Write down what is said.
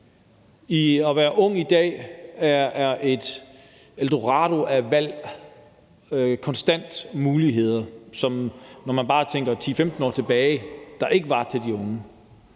er for de unge i dag et eldorado af valg og konstante muligheder, som der, når man bare tænker 10-15 år tilbage, ikke var for de unge.